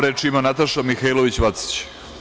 Reč ima Nataša Mihailović Vacić.